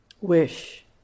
wish